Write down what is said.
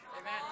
Amen